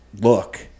look